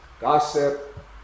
Gossip